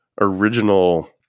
original